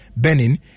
Benin